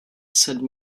said